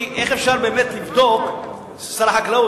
שר החקלאות,